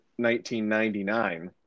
1999